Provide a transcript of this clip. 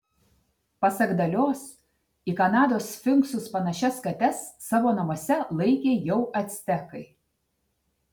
pasak dalios į kanados sfinksus panašias kates savo namuose laikė jau actekai